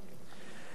אדוני היושב-ראש,